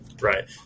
Right